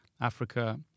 Africa